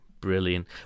brilliant